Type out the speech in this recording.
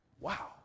wow